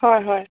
হয় হয়